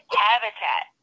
habitat